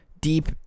deep